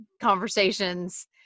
conversations